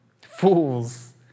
fools